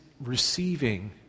receiving